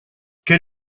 quel